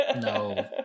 No